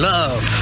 Love